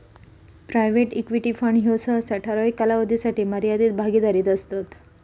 private equity fund ह्ये सहसा ठराविक कालावधीसाठी मर्यादित भागीदारीत असतत